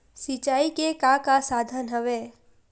सिंचाई के का का साधन हवय?